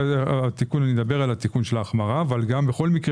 התיקון ידבר על התיקון של ההחמרה אבל בכל מקרה